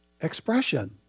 expression